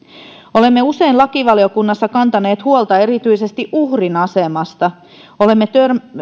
olemme usein lakivaliokunnassa kantaneet huolta erityisesti uhrin asemasta olemme